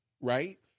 right